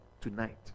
tonight